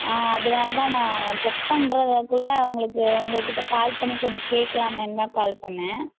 ஆ அதனாலதான் நான் செக் பண்றதுக்குள்ளே உங்களுக்கு உங்கள் கிட்டே கால் பண்ணி கொஞ்சம் கேட்கலாமேன்தான் கால் பண்ணிணேன்